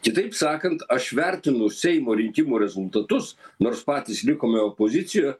kitaip sakant aš vertinu seimo rinkimų rezultatus nors patys likome opozicijoje